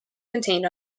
contained